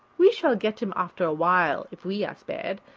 we shall get him after awhile if we are spared,